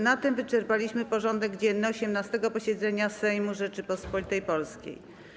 Na tym wyczerpaliśmy porządek dzienny 18. posiedzenia Sejmu Rzeczypospolitej Polskiej.